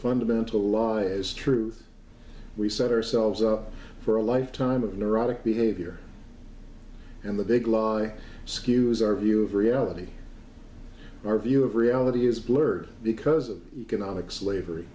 fundamental law as truth we set ourselves up for a life time of neurotic behavior and the big lie skews our view of reality our view of reality is blurred because of economic slavery